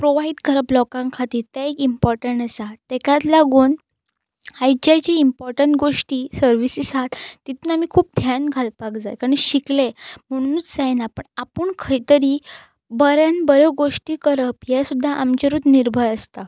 provide करप लोकांखातीर तें एक इमपॉर्टंट आसा तेकाच लागून आयजचें जी इम्पॉर्टंट गोश्टी सर्वीसी आसात तितून आमी खूब ध्यान घालपाक जाय कारण शिकले म्हणुनूच जायना पण आपूण खंय तरी बऱ्यान बऱ्यो गोश्टी करप हें सुद्दां आमचेरूच निर्भर आसता